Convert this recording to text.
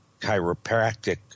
chiropractic